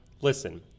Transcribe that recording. Listen